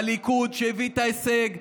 הליכוד שהביא את ההישג,